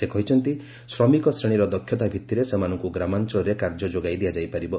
ସେ କହିଛନ୍ତି ଶ୍ରମିକ ଶ୍ରେଣୀର ଦକ୍ଷତା ଭିତ୍ତିରେ ସେମାନଙ୍କୁ ଗ୍ରାମାଞ୍ଚଳରେ କାର୍ଯ୍ୟ ଯୋଗାଇ ଦିଆଯାଇପାରିବ